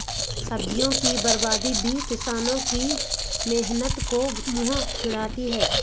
सब्जियों की बर्बादी भी किसानों के मेहनत को मुँह चिढ़ाती है